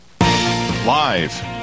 Live